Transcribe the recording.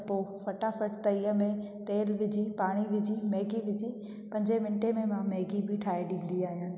पोइ फटाफट तईअ में तेल विझी पाणी विझी मैगी विझी पंजे मिंटे में मां मैगी बि ठाहे ॾींदी आहियां